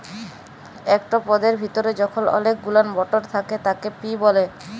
একট পদের ভিতরে যখল অলেক গুলান মটর থ্যাকে তাকে পি ব্যলে